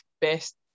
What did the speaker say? best